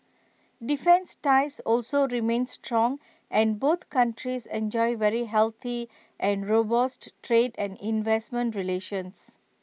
defence ties also remain strong and both countries enjoy very healthy and robust trade and investment relations